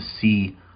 see